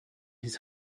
his